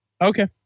Okay